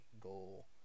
goal